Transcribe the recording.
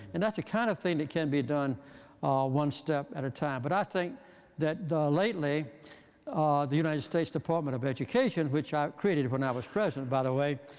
and that's the kind of thing that can be done one step at a time. but i think that lately the united states department of education, which i created when i was president, by the way,